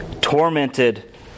tormented